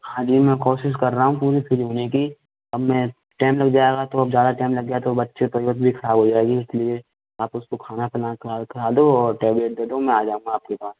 हाँ जी मैं कोशिश कर रहा हूँ फ्री होने की अब मैं टैम लग जाएगा तो अब ज़्यादा टैम लग गया तो बच्चे की तबीयत भी खराब हो जाएगी इसलिए आप उसको खाना पीना खिला दो और टैबलेट दे दो मैं आ जाऊंगा आपके पास